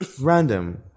Random